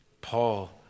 Paul